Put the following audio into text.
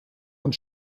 und